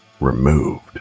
removed